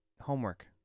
homework